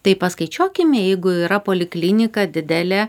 tai paskaičiuokime jeigu yra poliklinika didelė